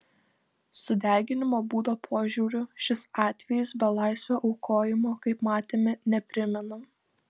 sudeginimo būdo požiūriu šis atvejis belaisvio aukojimo kaip matėme neprimena